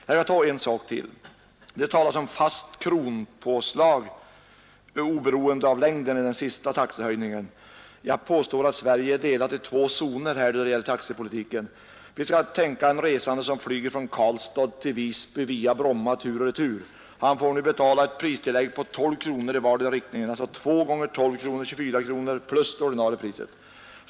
Det talas om ett fast kronpåslag oberoende av flygsträckans längd vid den senaste prishöjningen. Jag påstår att Sverige är delat i två zoner då det gäller taxepolitiken. En resande som flyger från Karlstad till Visby via Bromma tur och retur får nu betala ett pristillägg på 12 kronor i vardera riktningen. Han betalar alltså 2 gånger 12 kronor, dvs. 24 kronor plus det ordinarie priset.